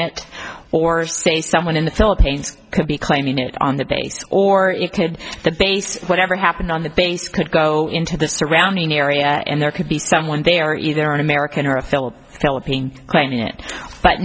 it or say someone in the philippines could be claiming it on the base or did the base whatever happened on the base could go into the surrounding area and there could be someone there either an american or a fellow philippine claiming it but